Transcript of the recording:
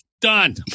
Done